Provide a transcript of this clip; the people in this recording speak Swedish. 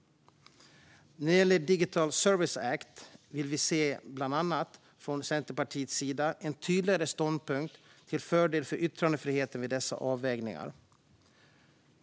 När det gäller Digital Services Act vill vi från Centerpartiets sida bland annat se en tydligare ståndpunkt till fördel för yttrandefriheten vid dessa avvägningar.